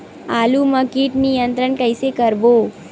आलू मा कीट नियंत्रण कइसे करबो?